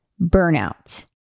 burnout